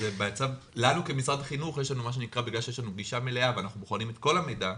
בגלל שיש לנו גישה מלאה ואנחנו בוחנים את כל המידע,